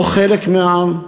לא חלק מהעם,